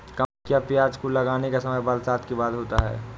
क्या प्याज को लगाने का समय बरसात के बाद होता है?